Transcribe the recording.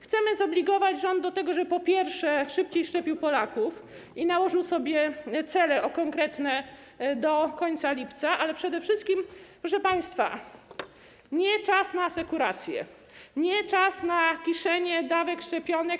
Chcemy zobligować rząd do tego, żeby po pierwsze szybciej szczepił Polaków i nałożył sobie konkretne cele do końca lipca, ale przede wszystkim, proszę państwa, nie czas na asekurację, nie czas na kiszenie dawek szczepionek.